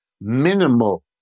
minimal